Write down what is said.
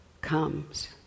comes